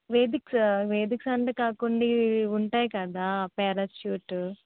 వేదిక్సు వేదిక్సు అంటే కాకుండా ఇవి ఉంటాయి కదా పేరాషూటు